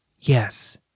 yes